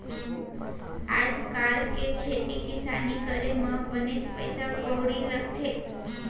आज काल के खेती किसानी करे म बनेच पइसा कउड़ी लगथे